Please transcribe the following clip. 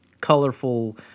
colorful